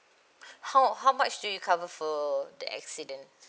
how how much do you cover for the accident